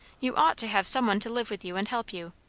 you ought to have some one to live with you and help you.